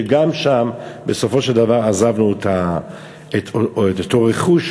וגם שם בסופו של דבר עזבנו את אותו רכוש,